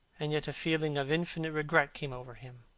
and, yet, a feeling of infinite regret came over him,